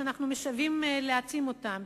שאנחנו משוועים להעצים אותן,